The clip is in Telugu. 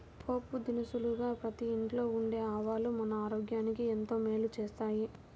పోపు దినుసుగా ప్రతి ఇంట్లో ఉండే ఆవాలు మన ఆరోగ్యానికి ఎంతో మేలు చేస్తాయి